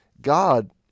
God